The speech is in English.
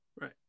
right